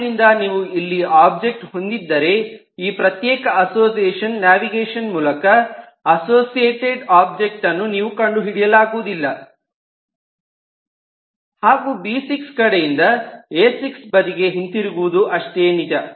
ಆದ್ದರಿಂದ ನೀವು ಇಲ್ಲಿ ಒಬ್ಜೆಕ್ಟ್ ಹೊಂದಿದ್ದರೆ ಈ ಪ್ರತ್ಯೇಕ ಅಸೋಸಿಯೇಷನ್ ನ್ಯಾವಿಗೇಶನ್ ಮೂಲಕ ಅಸೋಸಿಯೇಟೆಡ್ ಒಬ್ಜೆಕ್ಟ್ ಅನ್ನು ನೀವು ಕಂಡುಹಿಡಿಯಲಾಗುವುದಿಲ್ಲ ಹಾಗು ಬಿ6 ಕಡೆಯಿಂದ ಎ6 ಬದಿಗೆ ಹಿಂತಿರುಗುವುದು ಅಷ್ಟೇ ನಿಜ